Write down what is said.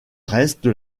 reste